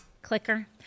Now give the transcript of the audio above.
clicker